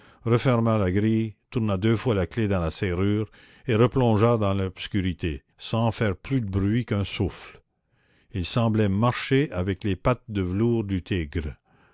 referma la grille tourna deux fois la clef dans la serrure et replongea dans l'obscurité sans faire plus de bruit qu'un souffle il semblait marcher avec les pattes de velours du tigre